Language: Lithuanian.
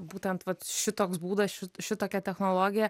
būtent vat šitoks būdas ši šitokia technologija